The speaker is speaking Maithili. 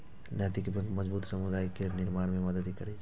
नैतिक बैंक मजबूत समुदाय केर निर्माण मे मदति करै छै